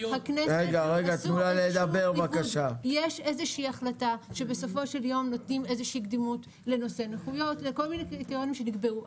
נותנים איזושהי קדימות לנושא נכויות לכל מיני קריטריונים שנקבעו,